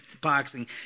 boxing